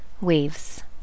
Waves